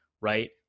right